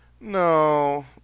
No